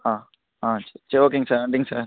ஆ ஆ சரி ஓகேங்க சார் நன்றிங்க சார்